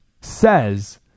says